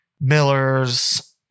Miller's